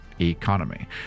economy